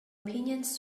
opinions